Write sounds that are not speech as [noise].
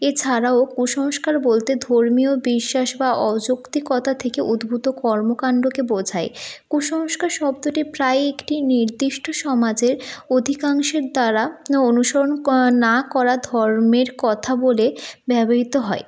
এছাড়াও কুসংস্কার বলতে ধর্মীয় বিশ্বাস বা অযৌক্তিকতা থেকে উদ্ভূত কর্মকাণ্ডকে বোঝায় কুসংস্কার শব্দটি প্রায় একটি নির্দিষ্ট সমাজের অধিকাংশের দ্বারা না অনুসরণ [unintelligible] না করা ধর্মের কথা বলে ব্যবহৃত হয়